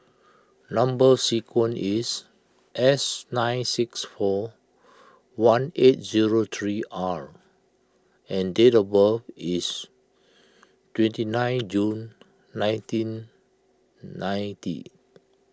Number Sequence is S nine six four one eight zero three R and date of birth is twenty nine June nineteen ninety